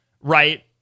right